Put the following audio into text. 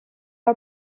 are